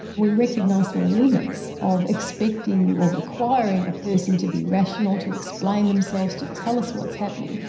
we recognise the limits of expecting or requiring a person to be rational, to explain themselves, to tell us what's happening,